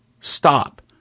stop